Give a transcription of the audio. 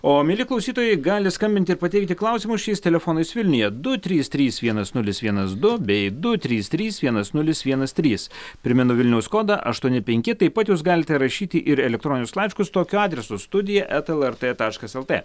o mieli klausytojai gali skambinti ir pateikti klausimus šiais telefonais vilniuje du trys trys vienas nulis vienas du bei du trys trys vienas nulis vienas trys primenu vilniaus kodą aštuoni penki taip pat jūs galite rašyti ir elektroninius laiškus tokiu adresu studija eta lrt taškas lt